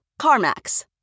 CarMax